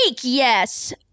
yes